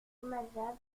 dommageable